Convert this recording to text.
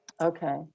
Okay